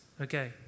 Okay